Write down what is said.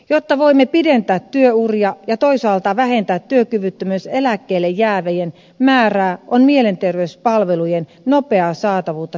jotta voimme pidentää työuria ja toisaalta vähentää työkyvyttömyyseläkkeelle jäävien määrää on mielenterveyspalvelujen nopeaa saatavuutta tärkeää tehostaa